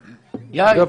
יאיר,